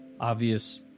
obvious